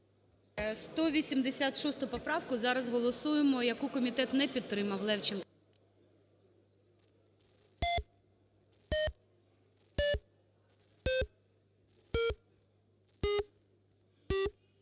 186 поправку зараз голосуємо, яку комітет не підтримав, Левченка.